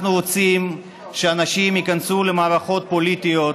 אנחנו רוצים שהנשים ייכנסו למערכות פוליטיות,